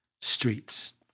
streets